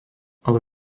ale